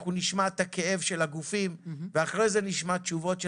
נשמע את הכאב של הגופים ואחר כך את תשובות הממשלה.